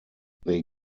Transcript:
they